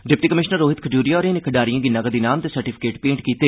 deputy commissioner Rohit Khajuria होरें इनें खड्डारिए गी नगद ईनाम ते सर्टिफिकेट भेंट कीते